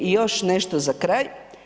I još nešto za kraj.